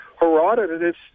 Herodotus